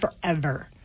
forever